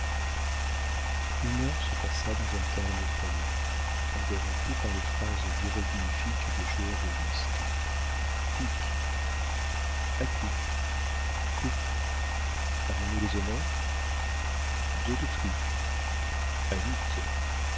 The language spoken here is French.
une heure se passa dans un calme effrayant interrompu par les phrases hiéroglyphiques des joueurs de whist pique atout coupe avons-nous les honneurs deux de tri sic a huit